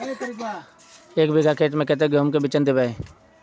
एक बिगहा खेत में कते गेहूम के बिचन दबे?